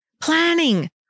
planning